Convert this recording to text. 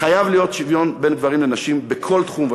חייב להיות שוויון בין גברים לבין נשים בכל תחום ותחום.